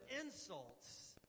insults